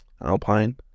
Alpine